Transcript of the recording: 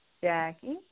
Jackie